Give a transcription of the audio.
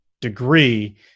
degree